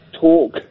talk